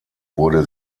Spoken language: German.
wurde